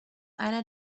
einer